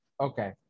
Okay